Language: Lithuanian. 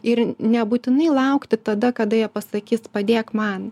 ir nebūtinai laukti tada kada jie pasakys padėk man